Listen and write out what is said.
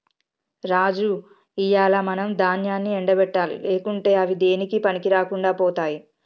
రాజు ఇయ్యాల మనం దాన్యాన్ని ఎండ పెట్టాలి లేకుంటే అవి దేనికీ పనికిరాకుండా పోతాయి